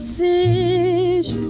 fish